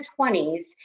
20s